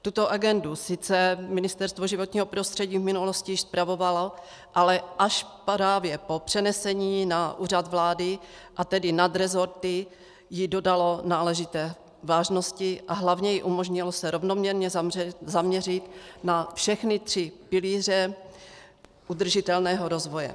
Tuto agendu sice Ministerstvo životního prostředí v minulosti již spravovalo, ale až právě po přenesení na Úřad vlády, a tedy nad resorty, jí dodalo náležité vážnosti a hlavně jí umožnilo se rovnoměrně zaměřit na všechny tři pilíře udržitelného rozvoje.